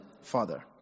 father